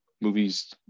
movies